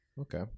Okay